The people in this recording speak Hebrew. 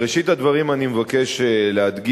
בראשית הדברים אני מבקש להדגיש